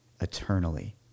eternally